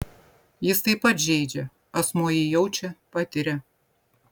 jis taip pat žeidžia asmuo jį jaučia patiria